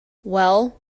well